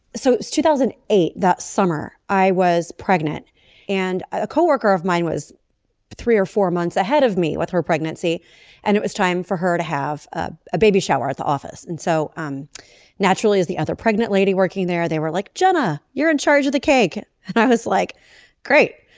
so it's two thousand eight. that summer i was pregnant and a coworker of mine was three or four months ahead of me with her pregnancy and it was time for her to have ah a baby shower at the office. and so um naturally as the other pregnant lady working there they were like jenna you're in charge of the cake and i was like great.